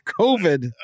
COVID